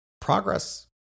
progress